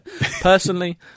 Personally